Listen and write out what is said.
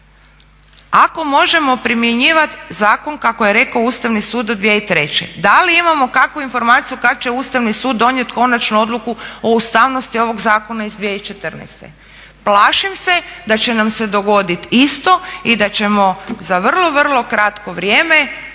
ako možemo primjenjivati zakon kako je rekao Ustav sud 2003.? Da li imamo kakvu informaciju kada će Ustavni sud donijeti konačnu odluku o ustavnosti ovog zakona iz 2014. Plašim se da će nam se dogoditi isto i da ćemo za vrlo, vrlo kratko vrijeme